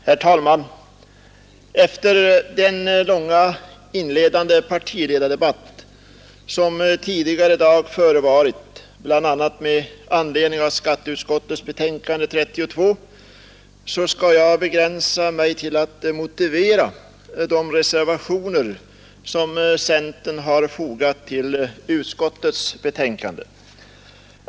Herr talman! Efter den långa inledande partiledardebatt som tidigare i dag förevarit, bl.a. med anledning av skatteutskottets betänkande nr 32, skall jag begränsa mig till att motivera de reservationer som centern har fogat till utskottets betänkande.